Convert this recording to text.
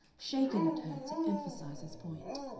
shaken at her to emphasize his point.